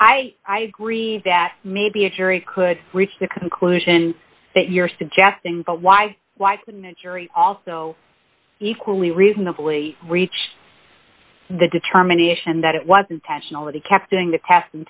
mean i agree that maybe a jury could reach the conclusion that you're suggesting but why couldn't a jury also equally reasonably reach the determination that it was intentional that he kept doing the past